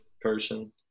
person